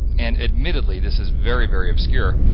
and admittedly this is very very obscure.